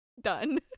Done